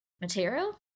material